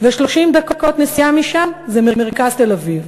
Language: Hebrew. ו-30 דקות נסיעה משם זה מרכז תל-אביב.